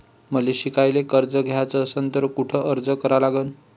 मले शिकायले कर्ज घ्याच असन तर कुठ अर्ज करा लागन?